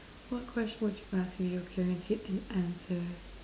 what question would you ask if you're guaranteed an answer